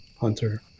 hunter